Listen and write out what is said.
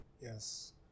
Yes